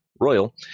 Royal